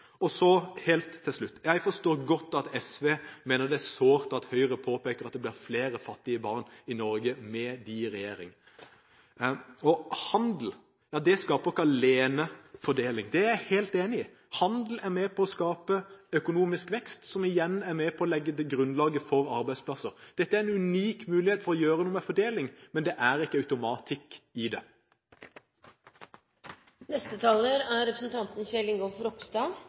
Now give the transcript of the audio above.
Helt til slutt: Jeg forstår godt at SV mener det er sårt at Høyre påpeker at det blir flere fattige barn i Norge med dem i regjering. Handel alene skaper ikke fordeling – det er jeg helt enig i. Handel er med på å skape økonomisk vekst, som igjen er med på å legge grunnlaget for arbeidsplasser. Det er en unik mulighet for å gjøre noe med fordeling, men det er ikke automatikk i det. Da kan jeg fullføre mitt resonnement om at størrelsen på bistandsbudsjettet faktisk er